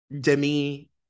Demi